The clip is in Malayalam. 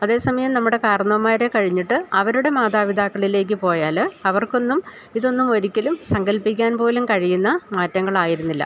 അതേ സമയം നമ്മുടെ കാർന്നോന്മാരെ കഴിഞ്ഞിട്ട് അവരുടെ മാതാപിതാക്കളിലേക്കു പോയാല് അവർക്കൊന്നും ഇതൊന്നും ഒരിക്കലും സങ്കൽപ്പിക്കാൻ പോലും കഴിയുന്ന മാറ്റങ്ങളായിരുന്നില്ല